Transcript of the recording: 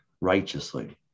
righteously